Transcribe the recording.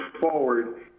forward